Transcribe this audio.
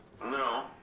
No